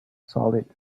solid